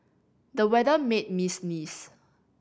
the weather made me sneeze